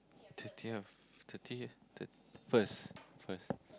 thirtieth thirteen thir~ first first